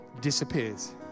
Disappears